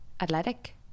athletic